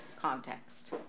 context